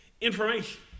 information